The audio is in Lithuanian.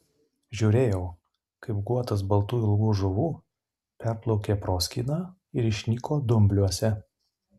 žiūrėjau kaip guotas baltų ilgų žuvų perplaukė proskyną ir išnyko dumbliuose